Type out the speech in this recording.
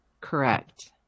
Correct